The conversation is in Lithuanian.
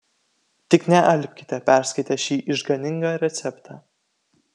tik nealpkite perskaitę šį išganingą receptą